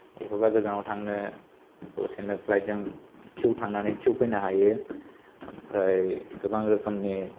अबेबा गोजानाव थांनो दसेनो फ्लाइटजों थिउ थांनानै थिउ फैनो हायो ओमफ्राय गोबां रोखोमनि